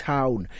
Town